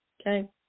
Okay